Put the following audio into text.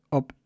op